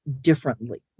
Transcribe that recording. differently